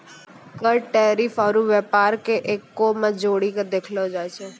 कर टैरिफ आरू व्यापार के एक्कै मे जोड़ीके देखलो जाए छै